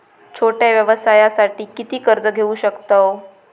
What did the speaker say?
छोट्या व्यवसायासाठी किती कर्ज घेऊ शकतव?